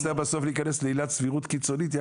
יכול להיות שאני אצטרך בסוף להכנס לעילת סבירות קיצונית.